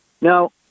Now